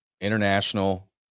international